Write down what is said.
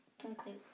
conclude